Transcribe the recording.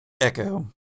Echo